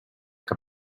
que